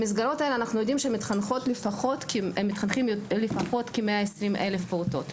במסגרות האלה אנחנו יודעים שמתחנכים לפחות - כ-120 אלף פעוטות.